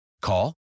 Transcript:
Call